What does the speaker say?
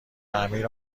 تعمیر